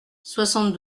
soixante